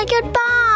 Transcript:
goodbye